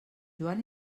joan